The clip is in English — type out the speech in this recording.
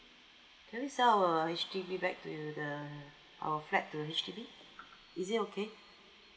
can we sell our H_D_B back to you the our flat to the H_D_B is it okay